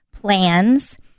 plans